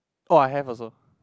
oh I have also